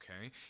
okay